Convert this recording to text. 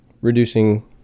reducing